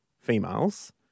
females